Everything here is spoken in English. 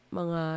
mga